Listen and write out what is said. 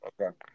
Okay